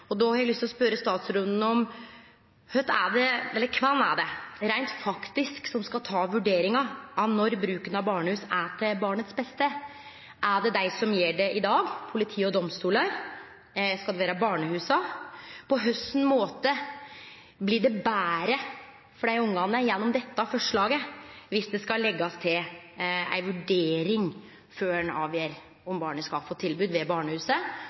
dag. Då har eg lyst til å spørje statsråden: Kven er det som reint faktisk skal ta vurderinga av når bruken av barnehus er til beste for barnet? Er det dei som gjer det i dag, politi og domstolar? Skal det vere barnehusa? På kva slags måte blir det betre for dei ungane gjennom dette forslaget dersom det skal leggjast til ei vurdering før ein avgjer om barnet skal få tilbod ved barnehuset